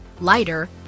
lighter